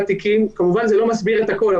כמובן זה לא מסביר את הכול,